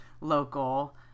local